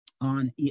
on